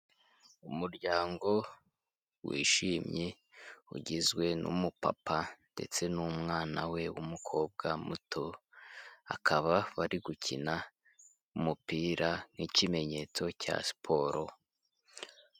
Umuryango wishimye, ugizwe n'umupapa ndetse n'umwana we w'umukobwa muto. Akaba wari gukina umupira, nk'ikimenyetso cya siporo.